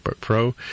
Pro